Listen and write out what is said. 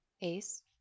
Ace